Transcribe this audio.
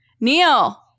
Neil